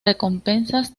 recompensas